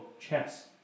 Chess